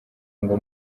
ngo